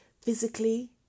physically